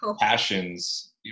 Passions